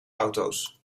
auto’s